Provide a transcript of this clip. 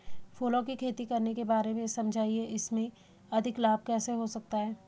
फूलों की खेती करने के बारे में समझाइये इसमें अधिक लाभ कैसे हो सकता है?